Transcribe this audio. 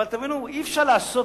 אבל תבינו שאי-אפשר לעשות